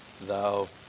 thou